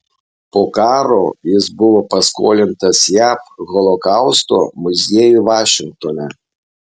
po karo jis buvo paskolintas jav holokausto muziejui vašingtone